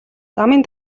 замын